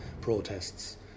protests